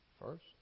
first